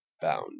bound